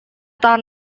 tahan